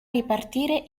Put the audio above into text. ripartire